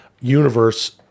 universe